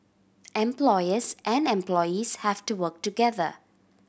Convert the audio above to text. employers and employees have to work together